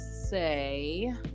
say